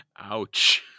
Ouch